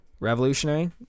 revolutionary